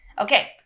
Okay